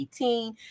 2018